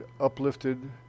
uplifted